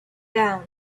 down